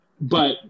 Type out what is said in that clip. But-